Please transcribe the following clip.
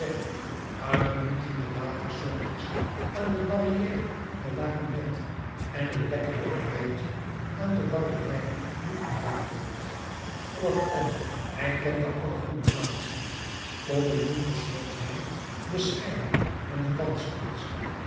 uitmuntende waterzoodjes aan de barrière de la cunette en een lekker wit wijntje aan de barrière du combat vond kortom hij kende alle goede plaatsen bovendien verstond hij de scherm en de